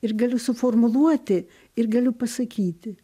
ir galiu suformuluoti ir galiu pasakyti